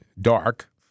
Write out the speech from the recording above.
dark